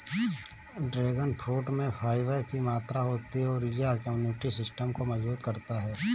dragon fruit में fibre की मात्रा होती है और यह इम्यूनिटी सिस्टम को मजबूत करता है